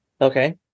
Okay